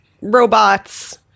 robots